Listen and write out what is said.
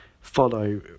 follow